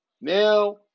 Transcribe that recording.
Now